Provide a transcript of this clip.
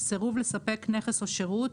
סירוב לספק נכס או שירות,